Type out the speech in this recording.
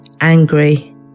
angry